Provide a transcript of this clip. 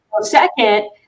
second